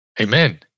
Amen